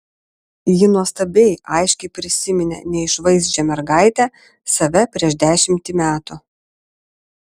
ji nuostabiai aiškiai prisiminė neišvaizdžią mergaitę save prieš dešimtį metų